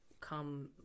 come